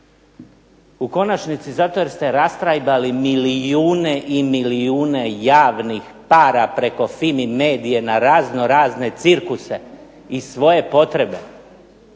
U konačnici zato jer ste rastrajbali milijune i milijune javnih para preko FIMI medije na razno razne cirkuse i svoje potrebe.